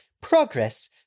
progress